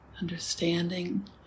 understanding